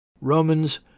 Romans